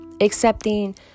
accepting